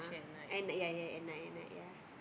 and ya ya and I and I ya